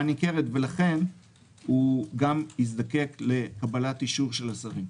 ניכרת" ולכן הוא גם יזדקק לקבלת אישור של השרים.